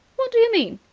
what do you mean?